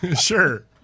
Sure